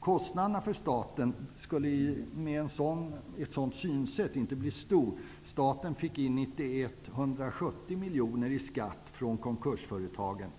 Kostnaderna för staten skulle med ett sådant synsätt inte bli stora. Staten fick 1991 in 170 miljoner i skatt från konkursföretagen